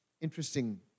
Interesting